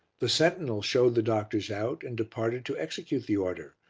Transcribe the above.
the sentinel showed the doctors out and departed to execute the order,